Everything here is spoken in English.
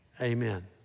Amen